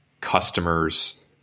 customers